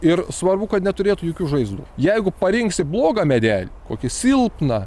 ir svarbu kad neturėtų jokių žaizdų jeigu parinksi blogą medelį kokį silpną